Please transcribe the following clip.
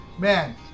Man